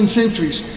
centuries